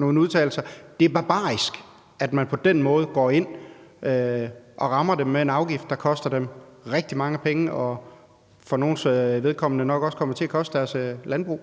rent ud sagt er barbarisk, at man på den måde går ind og rammer dem med en afgift, der koster dem rigtig mange penge og for nogens vedkommende nok også kommer til at koste dem deres landbrug?